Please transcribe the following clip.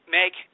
make